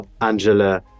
Angela